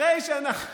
יש על מה לדבר.